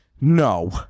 no